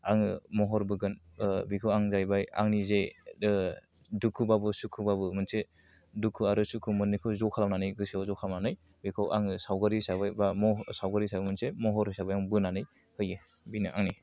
आङो महर बोगोन बेखौ आं जाहैबाय आंनि जे दुखुबाबो सुखुबाबो मोनसे दुखु आरो सुखु मोननैखौबो ज' खालामनानै गोसोआव ज' खालामनानै बेखौ आङो सावगारि हिसाबै एबा सावगारि हिसाबै मोनसे महर हिसाबै आं बोनानै होयो बेनो आंनि